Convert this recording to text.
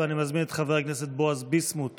ואני מזמין את חבר הכנסת בועז ביסמוט